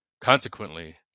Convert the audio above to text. Consequently